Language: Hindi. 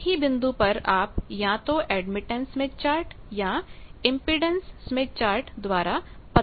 एक ही बिंदु पर आप या तो एडमिटेंस स्मिथ चार्ट या इम्पीडेन्स स्मिथ चार्ट द्वारा पता कर सकते हैं